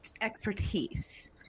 expertise